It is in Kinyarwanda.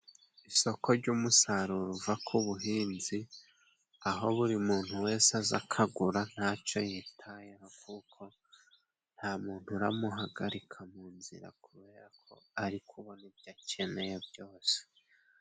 Isoko ry'umusaruro uva ku buhinzi, aho buri muntu wese aza akagura nta cyo yitayeho, kuko nta muntu uramuhagarika mu nzira kubera ko ari kubona ibyo akene byose.